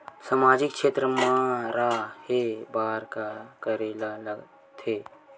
सामाजिक क्षेत्र मा रा हे बार का करे ला लग थे